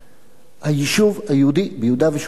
היישוב היהודי ביהודה ושומרון גדל,